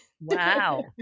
Wow